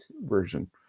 version